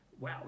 Wow